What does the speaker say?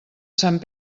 sant